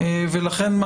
לכן,